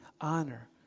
honor